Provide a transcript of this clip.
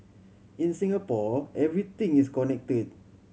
in Singapore everything is connected